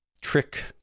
trick